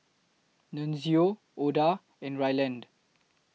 Nunzio Oda and Ryland